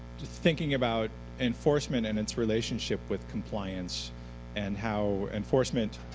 just thinking about enforcement and its relationship with compliance and how enforcement